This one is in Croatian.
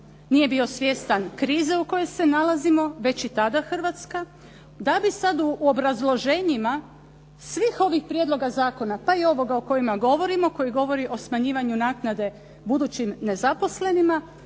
nije bio svjestan krize u kojoj se Hrvatska nalazi, da bi sada u obrazloženjima svih ovih prijedloga zakona, pa i ovoga o kojem govorimo, koji govori o smanjivanju naknade budućim nezaposlenima